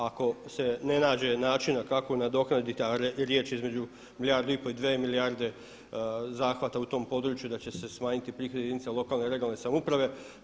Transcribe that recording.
Ako se ne nađe načina kako nadoknaditi, a riječ je između milijardu i pol i dvije milijarde zahvata u tom području da će se smanjiti prihodi jedinica lokalne i regionalne samouprave.